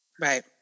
right